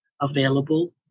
available